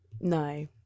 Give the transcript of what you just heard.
No